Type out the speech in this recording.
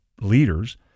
leaders